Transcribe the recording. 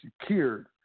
secured